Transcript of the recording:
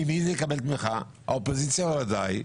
ממי האופוזיציה ודאי,